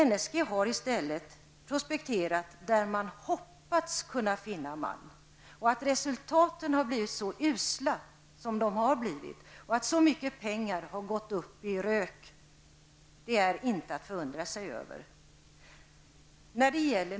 NSG har i stället prospekterat där man hoppades kunna finna malm. Att resultaten har blivit så usla och så mycket pengar har gått upp i rök är inte att förundra sig över.